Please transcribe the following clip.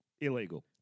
Illegal